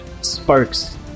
sparks